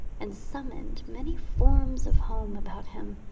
and summoned many forms of home about him.